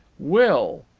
will,